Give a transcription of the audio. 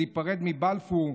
ייפרד מבלפור.